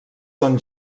són